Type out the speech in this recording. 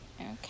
Okay